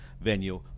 venue